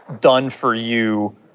done-for-you